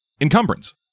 Encumbrance